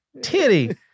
Titty